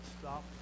stop